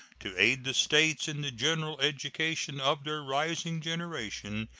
to aid the states in the general education of their rising generation,